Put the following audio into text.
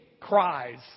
cries